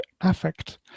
affect